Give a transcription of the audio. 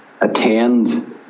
attend